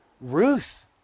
Ruth